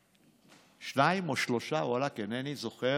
שתיים או שלוש, אינני זוכר,